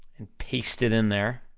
and paste it in there,